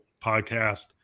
Podcast